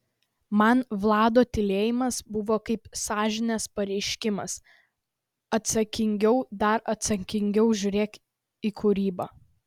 man vlado tylėjimas buvo kaip sąžinės pareiškimas atsakingiau dar atsakingiau žiūrėk į kūrybą